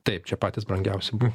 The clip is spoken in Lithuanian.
taip čia patys brangiausi buvo